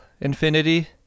Infinity